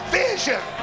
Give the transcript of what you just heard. vision